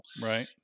Right